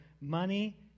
money